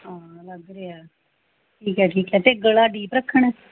ਹਾਂ ਲੱਗ ਰਿਹਾ ਠੀਕ ਹੈ ਠੀਕ ਹੈ ਅਤੇ ਗਲਾ ਡੀਪ ਰੱਖਣਾ